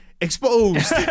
exposed